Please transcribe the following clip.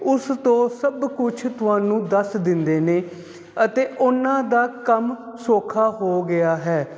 ਉਸ ਤੋਂ ਸਭ ਕੁਝ ਤੁਹਾਨੂੰ ਦੱਸ ਦਿੰਦੇ ਨੇ ਅਤੇ ਉਹਨਾਂ ਦਾ ਕੰਮ ਸੌਖਾ ਹੋ ਗਿਆ ਹੈ